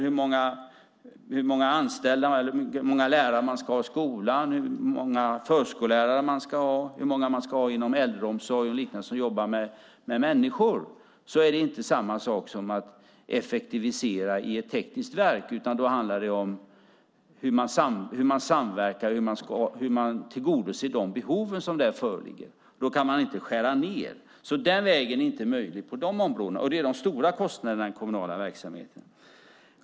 Hur många lärare man ska ha i skolan, hur många förskollärare man ska ha och hur många man ska ha inom äldreomsorgen och andra områden där man jobbar med människor är inte samma sak som att effektivisera i ett tekniskt verk. Det handlar om hur man samverkar och tillgodoser de behov som föreligger. Man kan inte skära ned. Den vägen är inte möjlig på de områdena. Det är de stora kostnaderna i den kommunala verksamheten.